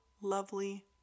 lovely